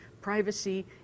privacy